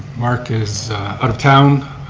mark is out of town